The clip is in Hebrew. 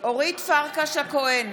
אורית פרקש הכהן,